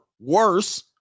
worse